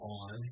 on